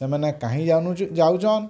ଏମାନେ କାହିଁ ଯାଉଛନ୍